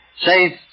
Safe